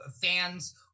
fans